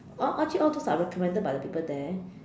all all actually all those are recommended by the people there